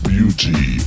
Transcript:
Beauty